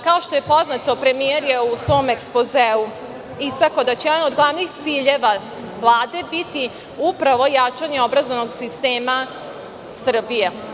Kao što je poznato, premijer je u svom ekspozeu istakao da će jedan od glavnih ciljeva Vlade biti upravo jačanje obrazovnog sistema Srbije.